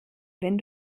wenn